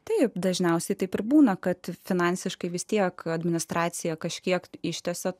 taip dažniausiai taip ir būna kad finansiškai vis tiek administracija kažkiek ištiesia